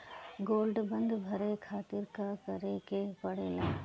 Gold bond भरे खातिर का करेके पड़ेला?